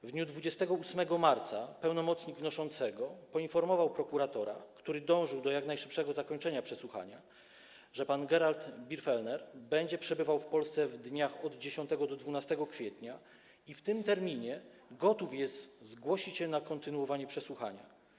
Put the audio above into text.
W dniu 28 marca pełnomocnik wnoszącego poinformował prokuratora, który dążył do jak najszybszego zakończenia przesłuchania, że pan Gerald Birgfellner będzie przebywał w Polsce w dniach od 10 do 12 kwietnia i w tym terminie gotów jest zgłosić się na kontynuowanie przesłuchania.